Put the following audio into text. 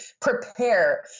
prepare